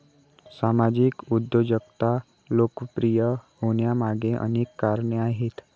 सामाजिक उद्योजकता लोकप्रिय होण्यामागे अनेक कारणे आहेत